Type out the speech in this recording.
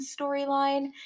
storyline